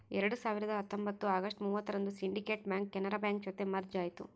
ಎರಡ್ ಸಾವಿರದ ಹತ್ತೊಂಬತ್ತು ಅಗಸ್ಟ್ ಮೂವತ್ತರಂದು ಸಿಂಡಿಕೇಟ್ ಬ್ಯಾಂಕ್ ಕೆನರಾ ಬ್ಯಾಂಕ್ ಜೊತೆ ಮರ್ಜ್ ಆಯ್ತು